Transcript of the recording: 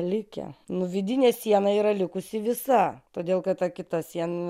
likę nu vidinė siena yra likusi visa todėl kad ta kita siena